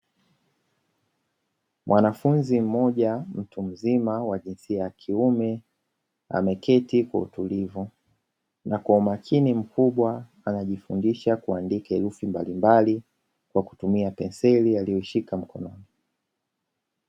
Mwanafunzi mmoja mtu mzima wa jinsia ya kiume, ameketi kwa utulivu na kwa umakini mkubwa anajifundisha kuandika herufi mbalimbali kwa kutumia penseli aliyoishika mkononi.